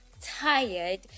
tired